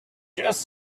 just